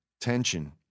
tension